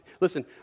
Listen